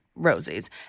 Rosie's